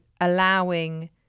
allowing